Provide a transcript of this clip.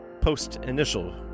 post-initial